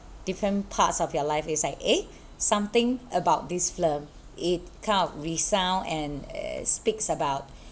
different parts of your life it's like eh something about this film it come with sound and speaks about